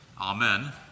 Amen